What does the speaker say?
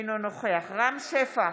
אינו נוכח רם שפע,